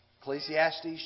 Ecclesiastes